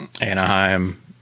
Anaheim